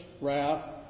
wrath